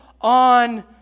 on